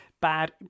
bad